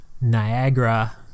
Niagara